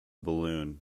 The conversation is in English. balloon